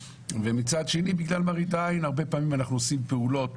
מצד שני, בגלל מראית עין אנחנו עושים פעולות